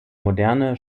moderne